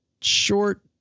short